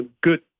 good